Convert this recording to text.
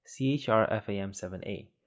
CHRFAM7A